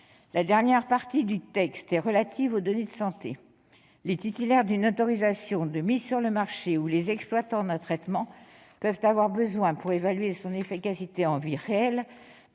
La dernière partie du texte est relative aux données de santé. Les titulaires d'une autorisation de mise sur le marché ou les exploitants d'un traitement peuvent avoir besoin, pour évaluer son efficacité en vie réelle,